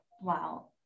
wow